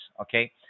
okay